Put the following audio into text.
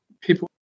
people